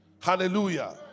Hallelujah